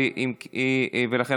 ואכן,